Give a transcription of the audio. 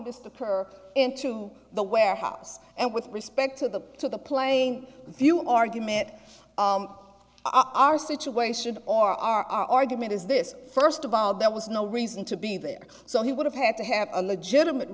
occur into the warehouse and with respect to the to the plain view argument our situation or our argument is this first of all there was no reason to be there so he would have had to have a legitimate